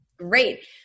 Great